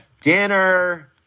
dinner